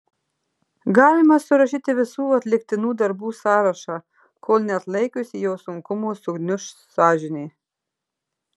galima surašyti visų atliktinų darbų sąrašą kol neatlaikiusi jo sunkumo sugniuš sąžinė